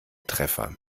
treffer